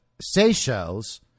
Seychelles